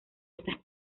estas